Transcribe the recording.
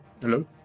Hello